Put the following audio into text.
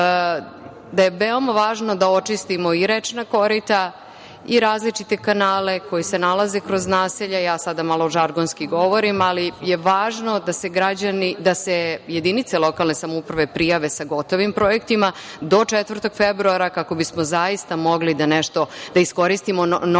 da je veoma važno da očistimo i rečna korita, i različite kanale koji se nalaze kroz naselja, ja sada malo žargonski govorim, ali je važno da se jedinice lokalne samouprave prijave sa gotovim projektima do 4. februara kako bismo zaista mogli da iskoristimo novac